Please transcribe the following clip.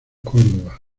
córdoba